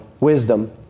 Wisdom